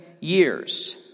Years